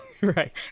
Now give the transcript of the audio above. Right